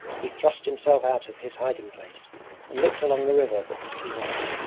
he thrust himself out of his hiding-place and looked along the river but could see nothing.